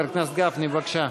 חבר הכנסת גפני, בבקשה.